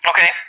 Okay